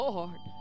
Lord